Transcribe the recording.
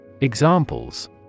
Examples